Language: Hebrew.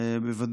בוודאי,